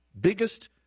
biggest